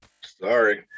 Sorry